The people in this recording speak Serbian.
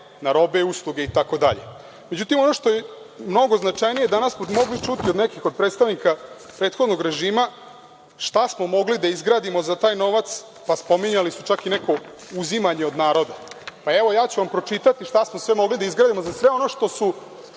na robe i usluge, itd.Međutim, ono što je mnogo značajnije, danas smo mogli čuti od nekih predstavnika prethodnog režima šta smo mogli da izgradimo za taj novac, pa su spominjali čak i uzimanje od naroda. Ja ću vam pročitati šta smo sve mogli da izgradimo za sve ono što su